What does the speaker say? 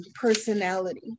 personality